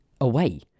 away